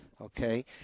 Okay